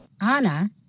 Anna